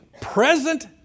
present